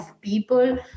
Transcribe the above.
people